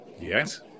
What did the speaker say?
Yes